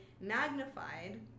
magnified